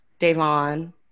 Devon